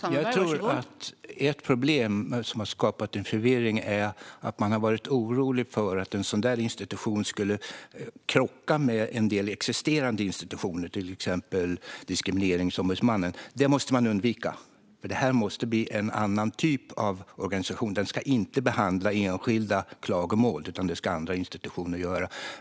Fru talman! Jag tror att ett problem som har skapat förvirring är att man har varit orolig för att en sådan institution skulle krocka med en del existerande institutioner, till exempel Diskrimineringsombudsmannen. Det måste man undvika. Detta måste bli en annan typ av organisation. Den ska inte behandla enskilda klagomål - det ska andra institutioner göra.